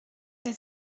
der